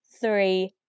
three